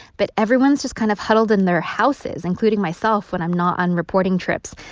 but everyone's just kind of huddled in their houses, including myself when i'm not on reporting trips.